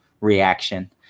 reaction